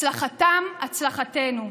הצלחתם, הצלחתנו.